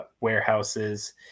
warehouses